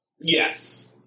Yes